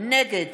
נגד